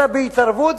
אלא בהתערבות,